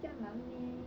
这样难 meh